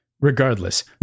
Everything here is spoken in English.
regardless